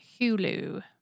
Hulu